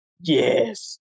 yes